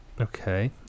okay